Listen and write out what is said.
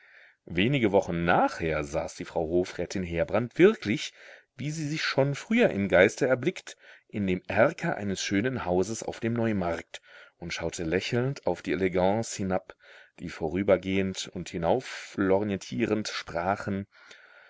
wenige wochen nachher saß die frau hofrätin heerbrand wirklich wie sie sich schon früher im geiste erblickt in dem erker eines schönen hauses auf dem neumarkt und schaute lächelnd auf die elegants hinab die vorübergehend und hinauflorgnettierend sprachen